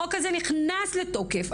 החוק הזה נכנס לתוקף.